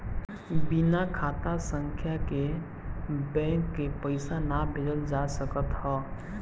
बिना खाता संख्या के बैंक के पईसा ना भेजल जा सकत हअ